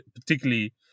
particularly